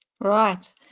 Right